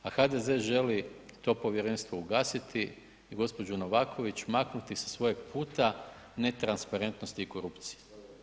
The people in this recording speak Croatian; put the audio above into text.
A HDZ želi to povjerenstvo ugasiti i gospođu Novaković maknuti sa svoga puta netransparentnosti i korupcije.